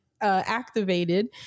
activated